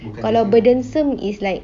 kalau burdensome is like